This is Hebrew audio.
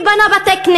מי בנה בתי-כנסת,